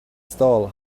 stall